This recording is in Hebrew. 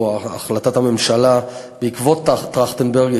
או החלטת הממשלה בעקבות ועדת טרכטנברג,